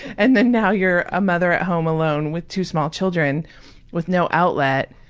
and then now you're a mother at home alone with two small children with no outlet.